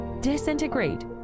disintegrate